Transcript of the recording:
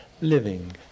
living